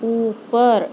اوپر